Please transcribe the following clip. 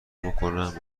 میکنن